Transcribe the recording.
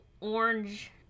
Orange